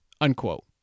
unquote